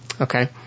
Okay